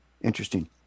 Interesting